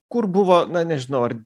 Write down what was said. kur buvo na nežinau ar